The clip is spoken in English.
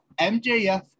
MJF